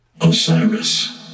Osiris